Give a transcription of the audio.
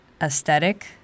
aesthetic